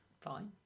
fine